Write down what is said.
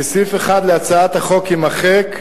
כי סעיף 1 להצעת החוק יימחק,